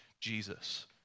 Jesus